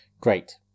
Great